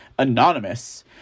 Anonymous